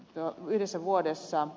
jo yhdessä vuodessa